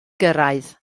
gyrraedd